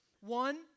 One